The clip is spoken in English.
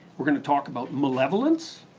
we're going to talk about malevolence.